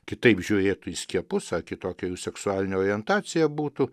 kitaip žiūrėtų į skiepus ar kitokia jų seksualinė orientacija būtų